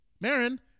Marin